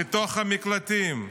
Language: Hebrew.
לתוך המקלטים,